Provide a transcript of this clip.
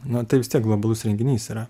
na tai vis tiek globalus renginys yra